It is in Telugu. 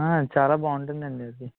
చాలా బాగుంటుంది అండి ఇది